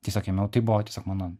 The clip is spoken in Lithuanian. tiesiog ėmiau tai buvo tiesiog mano